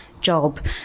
job